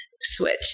switch